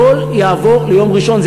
הכול יעבור ליום ראשון.